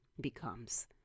becomes